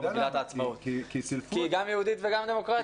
כי היא גם יהודית וגם דמוקרטית.